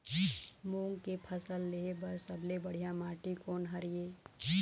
मूंग के फसल लेहे बर सबले बढ़िया माटी कोन हर ये?